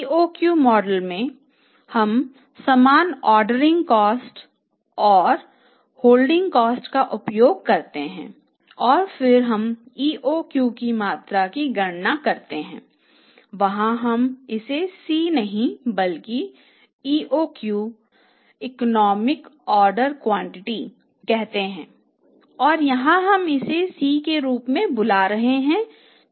EOQ model में हम समान ऑर्डरिंग कॉस्ट कहते हैं और यहां हम इसे C के रूप में बुला रहे हैं